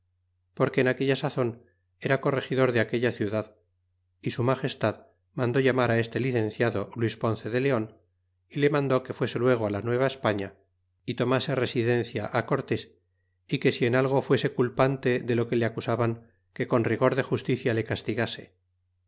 porque en aquella sazon era corregidor de aquella ciudad y su magestad mandó llamar este lieendado luis ponce de leon y le mandó que fuese luego la nueva españa y tomase residencia cortés y que si en algo fuese culpante de lo que le acusaban que con rigor de justicia le castigase